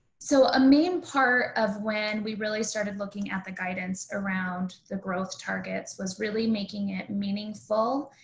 so a main part of when we really started looking at the guidance around the growth targets was really making it meaningful.